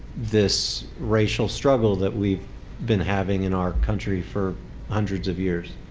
this racial struggle that we've been having in our country for hundreds of years.